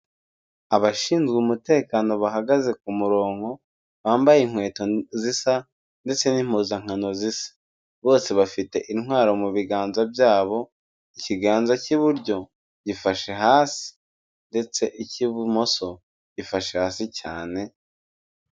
Abashinzwe umutekano bahagaze ku muronko, bambaye inkweto zisa ndetse n'impuzankano zisa. Bose bafite intwaro mu biganza byabo, ikiganza cy'iburyo gifashe hasi ndetse icy'ibumoso ifashe hasi cyane.